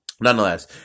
nonetheless